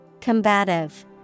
Combative